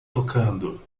tocando